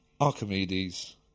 Archimedes